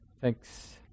thanks